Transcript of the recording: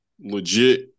legit